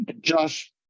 Josh